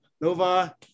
Nova